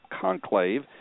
Conclave